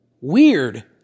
weird